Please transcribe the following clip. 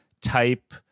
type